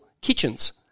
Kitchens